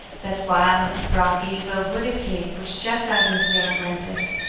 that wild, rocky, well-wooded cape which juts out into the atlantic.